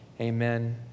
amen